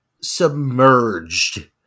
submerged